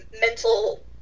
mental